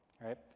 right